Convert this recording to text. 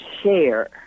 share